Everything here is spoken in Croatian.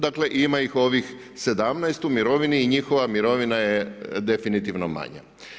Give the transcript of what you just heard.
Dakle ima ih ovih 17 u mirovini i njihova mirovina je definitivno manja.